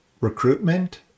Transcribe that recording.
Recruitment